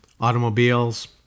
automobiles